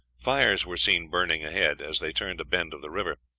fires were seen burning ahead, as they turned a bend of the river.